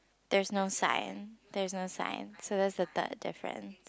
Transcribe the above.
there's no sign there's no sign so that's the third difference